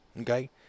Okay